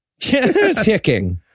Ticking